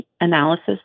analysis